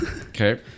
Okay